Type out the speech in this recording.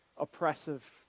oppressive